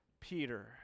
Peter